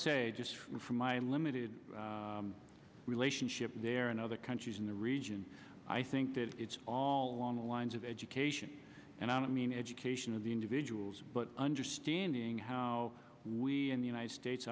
say just from my limited relationship there and other countries in the region i think that it's all along the lines of education and i don't mean education of the individuals but understanding how we in the united states